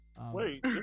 wait